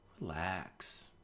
Relax